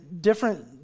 different